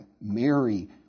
Mary